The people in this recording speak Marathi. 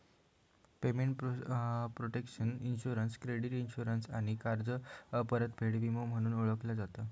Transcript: payment protection insurance credit insurance किंवा कर्ज परतफेड विमो म्हणूनही ओळखला जाता